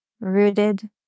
rooted